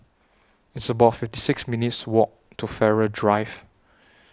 It's about fifty six minutes' Walk to Farrer Drive